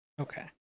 Okay